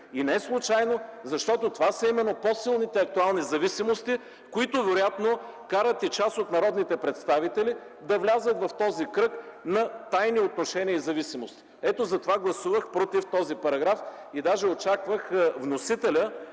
и неслучайно, защото това са именно по-силните актуални зависимости, които вероятно карат и част от народните представители да влязат в този кръг на тайни отношения и зависимости. Затова гласувах против този параграф и даже очаквах вносителят